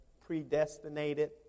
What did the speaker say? predestinated